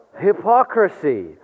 hypocrisy